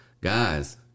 Guys